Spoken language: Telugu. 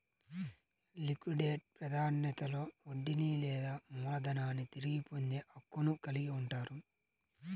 లిక్విడేట్ ప్రాధాన్యతలో వడ్డీని లేదా మూలధనాన్ని తిరిగి పొందే హక్కును కలిగి ఉంటారు